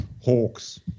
Hawks